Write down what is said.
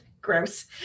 gross